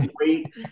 wait